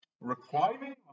Reclining